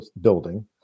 building